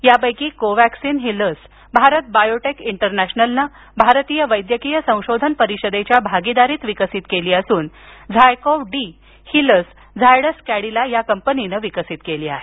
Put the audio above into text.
या पैकी कोव्हॅक्सीन ही लस भारत बायोटेक इंटरनॅशनलनं भारतीय वैद्यकीय संशोधन परिषदेच्या भागिदारीत विकसित केली असून झायकोव्ह डी ही लस झायडस कॅडिला या कंपनीनं विकसित केली आहे